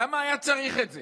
למה היה צריך את זה?